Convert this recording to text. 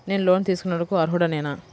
నేను లోన్ తీసుకొనుటకు అర్హుడనేన?